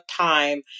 time